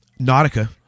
Nautica